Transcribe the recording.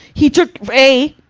he took a,